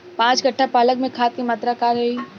पाँच कट्ठा पालक में खाद के मात्रा का रही?